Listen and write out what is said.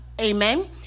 amen